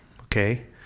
Okay